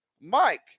Mike